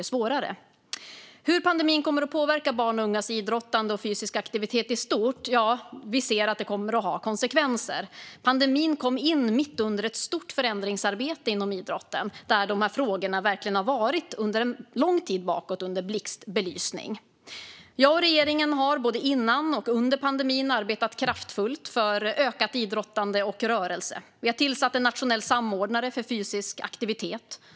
När det gäller hur pandemin kommer att påverka barns och ungas idrottande och fysiska aktivitet i stort ser vi att det kommer att ha konsekvenser. Pandemin kom in mitt under ett stort förändringsarbete inom idrotten där dessa frågor sedan en lång tid verkligen har varit under blixtbelysning. Jag och regeringen har både före och under pandemin arbetat kraftfullt för ökat idrottande och ökad rörelse. Vi har tillsatt en nationell samordnare för fysisk aktivitet.